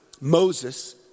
Moses